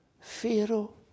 Pharaoh